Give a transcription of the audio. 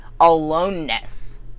aloneness